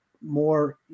more